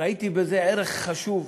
ראיתי בזה ערך חשוב.